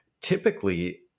typically